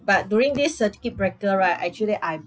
but during this circuit breaker right actually I'm